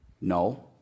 No